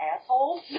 assholes